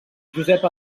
josep